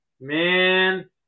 man